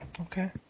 Okay